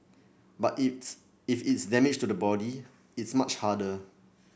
but it if it's damage to the body it's much harder